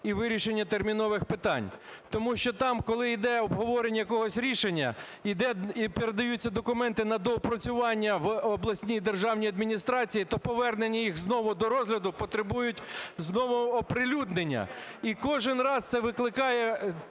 і вирішення термінових питань. Тому що там, коли йде обговорення якогось рішення і передаються документи на доопрацювання в обласні державні адміністрації, то повернення їх знову до розгляду потребують знову оприлюднення. І кожен раз це викликає